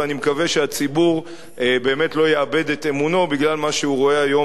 ואני מקווה שהציבור באמת לא יאבד את אמונו בגלל מה שהוא רואה היום